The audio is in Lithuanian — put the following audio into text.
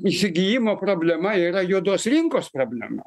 įsigijimo problema yra juodos rinkos problema